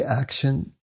action